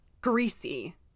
greasy